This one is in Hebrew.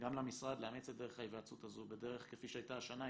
גם למשרד לאמץ את דרך ההיוועצות הזו בדרך כפי שהייתה השנה,